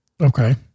Okay